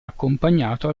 accompagnato